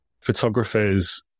Photographers